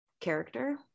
character